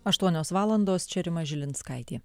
aštuonios valandos čia rima žilinskaitė